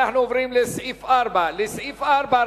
אנחנו עוברים לסעיף 4. לסעיף 4,